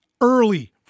early